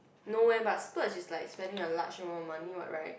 no eh but splurge is like spending a large amount of money what right